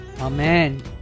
Amen